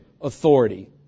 authority